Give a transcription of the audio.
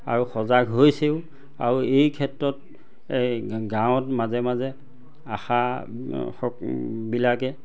আৰু সজাগ হৈছেও আও এই ক্ষেত্ৰত এই গাঁৱত মাজে মাজে আশা বিলাকে